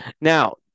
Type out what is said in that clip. Now